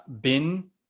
Bin